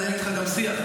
לנהל איתך גם שיח.